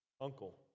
uncle